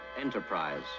Enterprise